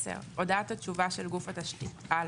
הודעת התשובה של גוף התשתית 10. (א)